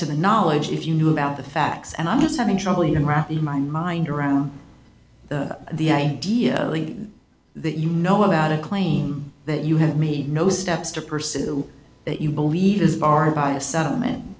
to the knowledge if you knew about the facts and i'm just having trouble even wrap my mind around the idea that you know about a claim that you have made no steps to pursue that you believe is barred by a settlement